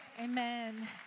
Amen